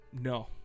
No